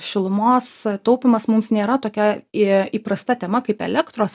šilumos taupymas mums nėra tokia įprasta tema kaip elektros